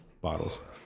bottles